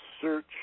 search